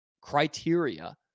criteria